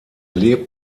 lebt